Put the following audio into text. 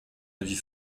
avis